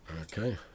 Okay